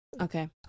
Okay